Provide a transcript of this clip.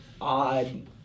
odd